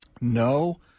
No